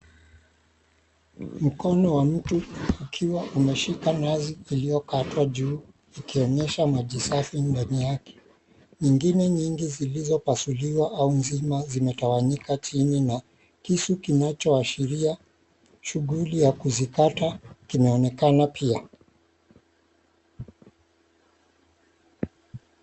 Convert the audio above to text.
Mkono wa mtu ukiwa umeshika nazi iliokatwa juu ikionyesha maji safi ndani yake. Nyingine nyingi zilizopasuliwa au nzima zimetawanyika chini na kisu kinachoashiria shughuli ya kuzikata kinaonekana pia.